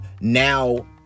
now